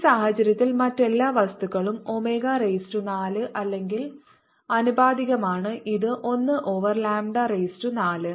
ഈ സാഹചര്യത്തിൽ മറ്റെല്ലാ വസ്തുക്കളും ഒമേഗ റൈസ് ടു 4 അല്ലെങ്കിൽ ആനുപാതികമാണ് ഇത് 1 ഓവർ ലാംഡ റൈസ് ടു 4